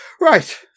Right